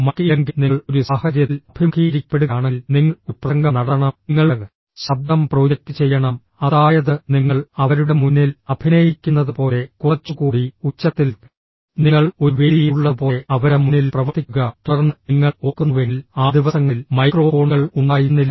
mic ഇല്ലെങ്കിൽ നിങ്ങൾ ഒരു സാഹചര്യത്തിൽ അഭിമുഖീകരിക്കപ്പെടുകയാണെങ്കിൽ നിങ്ങൾ ഒരു പ്രസംഗം നടത്തണം നിങ്ങളുടെ ശബ്ദം പ്രൊജക്റ്റ് ചെയ്യണം അതായത് നിങ്ങൾ അവരുടെ മുന്നിൽ അഭിനയിക്കുന്നതുപോലെ കുറച്ചുകൂടി ഉച്ചത്തിൽ നിങ്ങൾ ഒരു വേദിയിലുള്ളതുപോലെ അവരുടെ മുന്നിൽ പ്രവർത്തിക്കുക തുടർന്ന് നിങ്ങൾ ഓർക്കുന്നുവെങ്കിൽ ആ ദിവസങ്ങളിൽ മൈക്രോഫോണുകൾ ഉണ്ടായിരുന്നില്ല